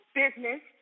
business